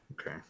Okay